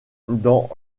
dans